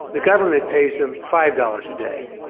the government pays them five dollars a day.